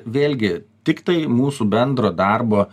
vėlgi tiktai mūsų bendro darbo